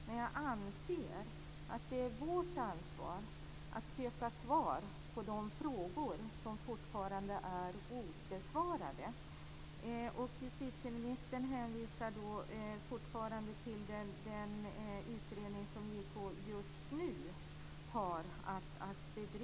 Men jag anser att det är vårt ansvar att söka svar på de frågor som fortfarande är obesvarade. Och justitieministern hänvisar fortfarande till den utredning som JK just nu har att bedriva.